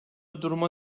duruma